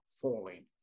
falling